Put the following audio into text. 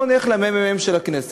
בואו נלך לממ"מ של הכנסת,